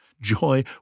Joy